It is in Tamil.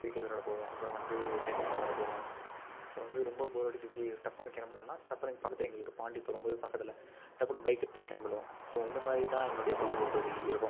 கிரிக்கெட் விளாட போவோம் அப்புறம் வந்து டென்னிஸ் விளாட போவோம் அப்புறம் வந்து ரொம்ப போர் அடிச்சிருச்சு டப்புன்னு கிளம்புனன்னா டப்புன்னு பக்கத்தில் எங்களுக்கு பாண்டி இப்போது ரொம்பவே பக்கத்தில் டப்புன்னு பைக் எடுத்திட்டு கிளம்பிடுவோம் ஸோ இந்த மாதிரிதான் என்னுடைய பொழுதுபோக்குகள் இருக்கும்